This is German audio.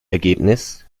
ergebnis